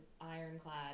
ironclad